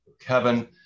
Kevin